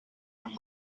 amb